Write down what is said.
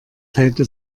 teilte